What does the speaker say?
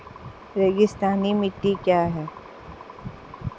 रेगिस्तानी मिट्टी क्या है?